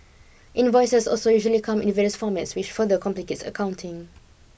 invoices also usually come in various formats which further complicates accounting